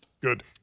Good